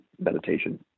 meditation